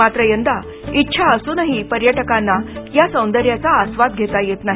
मात्र इच्छा असूनही यंदा पर्यटकांना या सोंदर्याचा आस्वाद घेता येत नाही